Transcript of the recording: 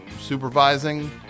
supervising